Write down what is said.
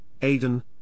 Aiden